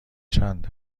چند